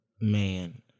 Man